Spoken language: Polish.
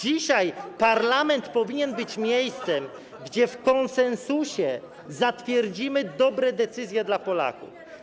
Dzisiaj parlament powinien być miejscem, gdzie w konsensusie zatwierdzimy dobre decyzje dla Polaków.